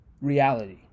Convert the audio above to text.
reality